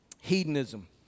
hedonism